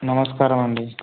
నమస్కారమండి